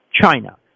China